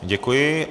Děkuji.